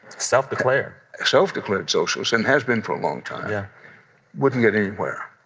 self-declared self-declared socialist and has been for a long time yeah wouldn't get anywhere.